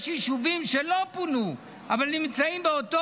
יש יישובים שלא פונו אבל נמצאים באותו